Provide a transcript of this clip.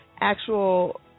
actual